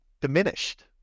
diminished